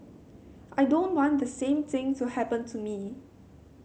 I don't want the same thing to happen to me